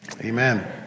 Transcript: Amen